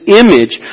image